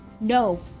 No